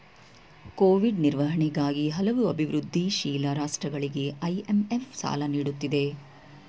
Covid ನಿರ್ವಹಣೆಗಾಗಿ ಹಲವು ಅಭಿವೃದ್ಧಿಶೀಲ ರಾಷ್ಟ್ರಗಳಿಗೆ ಐ.ಎಂ.ಎಫ್ ಸಾಲ ನೀಡುತ್ತಿದೆ